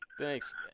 Thanks